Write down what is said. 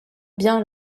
bien